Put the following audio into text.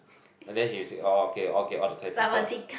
and he will said okay okay all the Thai people